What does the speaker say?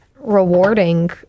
rewarding